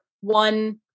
one